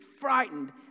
frightened